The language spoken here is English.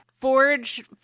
forge